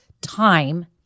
time